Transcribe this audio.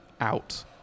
out